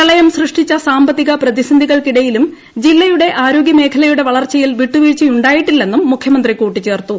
പ്രളയം സൃഷ്ടിച്ച സാമ്പത്തിക പ്രതിസന്ധികൾക്കിടയിലും ജില്ലയുടെ ആരോഗ്യ മേഖലയുടെ വളർച്ചയിൽ വിട്ടുവീഴ്ചയുണ്ടായിട്ടില്ലെന്നും മുഖ്യമന്ത്രി കൂട്ടിച്ചേർത്തു